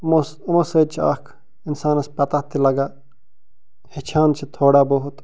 یِمو یِمو سۭتۍ چھِ اکھ انسانس پتاہ تہِ لگان ہیٚچھان چھِ تھوڑا بہت